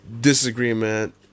disagreement